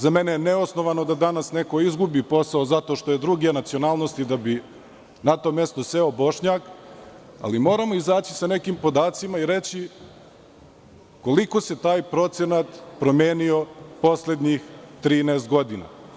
Za mene je neosnovano da danas neko izgubi posao zato što je druge nacionalnosti da bi na to mesto seo Bošnjak, ali moramo izaći sa nekim podacima i reći koliko se taj procenat promenio poslednjih 13 godina.